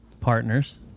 partners